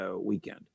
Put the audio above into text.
weekend